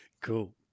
cool